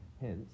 Hence